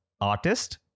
artist